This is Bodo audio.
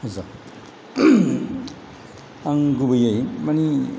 जा आं गुबैयै माने